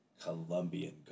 Colombian